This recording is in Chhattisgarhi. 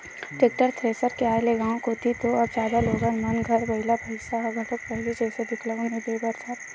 टेक्टर, थेरेसर के आय ले गाँव कोती तो अब जादा लोगन मन घर बइला भइसा ह घलोक पहिली जइसे दिखउल नइ देय बर धरय